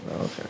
Okay